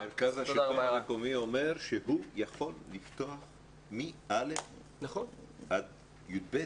מרכז השלטון המקומי אומר שהוא יכול לפתוח מ-א' עד י"ב